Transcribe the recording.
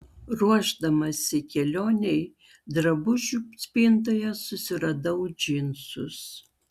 ruošdamasi kelionei drabužių spintoje susiradau džinsus